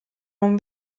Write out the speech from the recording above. non